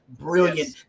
brilliant